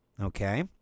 okay